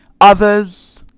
Others